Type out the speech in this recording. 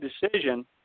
decision